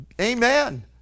amen